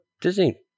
disney